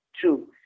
true